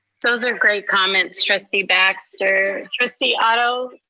those are great comments, trustee baxter. trustee otto,